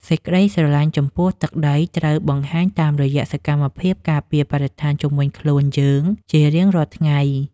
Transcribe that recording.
សេចក្តីស្រឡាញ់ចំពោះទឹកដីត្រូវបង្ហាញតាមរយៈសកម្មភាពការពារបរិស្ថានជុំវិញខ្លួនយើងជារៀងរាល់ថ្ងៃ។